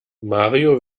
mario